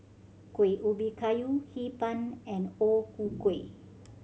Kueh Ubi Kayu Hee Pan and O Ku Kueh